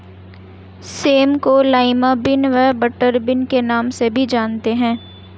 same को lima bean व butter bean के नाम से भी जानते हैं